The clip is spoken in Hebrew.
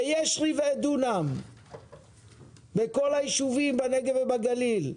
יש רבעי דונם בכל היישובים בנגב ובגליל,